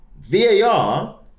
VAR